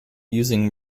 using